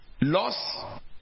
Loss